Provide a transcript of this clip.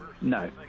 no